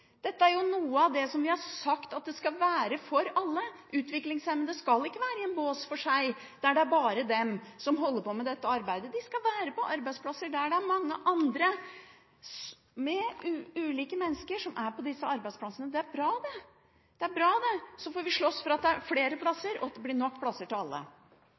dette er noe vi har sagt skal være for alle. Utviklingshemmede skal ikke være i en bås for seg, der det er bare de som holder på med dette arbeidet. De skal være på arbeidsplasser der det er mange andre ulike mennesker. Det er bra, det! Så får vi slåss for at det blir flere plasser, og at det blir nok plasser til alle.